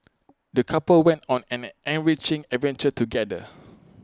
the couple went on an enriching adventure together